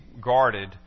guarded